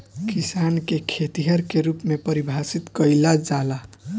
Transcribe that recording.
किसान के खेतिहर के रूप में परिभासित कईला जाला